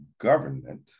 government